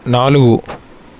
నాలుగు